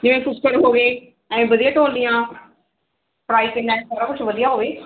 ਜਿਵੇਂ ਕੂਕਰ ਹੋਗੇ ਵਧੀਆ ਢੋਲੀਆਂ ਸਾਈਜ ਕਿੰਨਾ ਸਾਰਾ ਕੁਝ ਵਧੀਆ ਹੋਵੇ